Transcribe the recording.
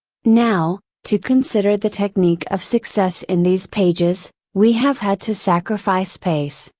now, to consider the technique of success in these pages, we have had to sacrifice pace,